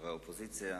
חברי האופוזיציה,